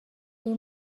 این